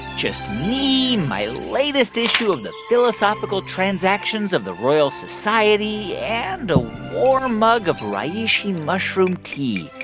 just me, my latest issue of the philosophical transactions of the royal society and a warm mug of reishi mushroom tea.